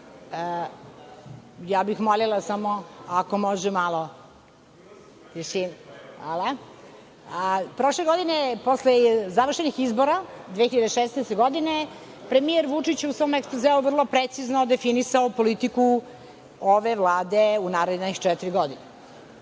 bih samo, ako može, malo tišine. Hvala. Prošle godine je, posle završenih izbora, 2016. godine, premijer Vučić u svom ekspozeu vrlo precizno definisao politiku ove Vlade u naredne četiri godine.